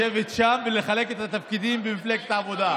לשבת שם ולחלק את התפקידים במפלגת העבודה.